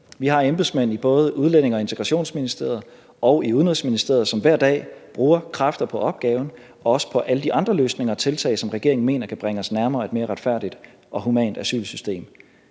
Vi har embedsmænd i både Udlændinge- og Integrationsministeriet og Udenrigsministeriet, som hver dag bruger kræfter på opgaven, også på alle de andre løsninger og tiltag, som regeringen mener kan bringe os nærmere et mere retfærdigt og humant asylsystem.